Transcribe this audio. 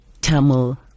Tamil